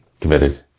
committed